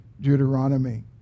Deuteronomy